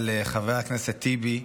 על חבר הכנסת טיבי,